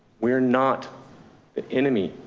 we're not the enemy,